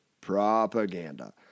propaganda